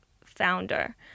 founder